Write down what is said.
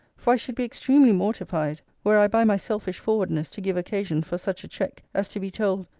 for i should be extremely mortified, were i by my selfish forwardness to give occasion for such a check, as to be told,